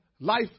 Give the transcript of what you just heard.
life